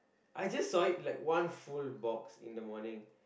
I just saw it like one full box in the morning